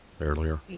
earlier